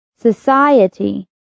society